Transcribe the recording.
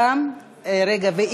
אני